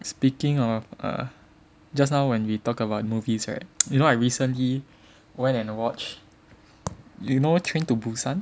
speaking of err just now when we talk about movies right you know I recently went and watch you know Train to Busan